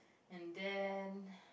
and then